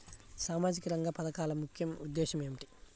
సామాజిక రంగ పథకాల ముఖ్య ఉద్దేశం ఏమిటీ?